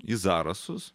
į zarasus